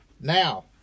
Now